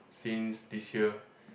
since this year